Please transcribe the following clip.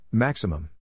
Maximum